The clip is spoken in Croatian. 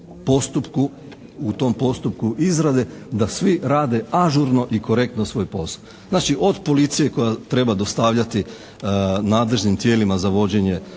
postupku u tom postupku izrade da svi rade ažurno i korektno svoj posao. Znači od policije koja treba dostavljati nadležnim tijelima za vođenje